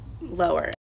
lower